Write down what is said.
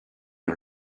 are